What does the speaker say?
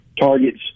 targets